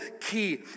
key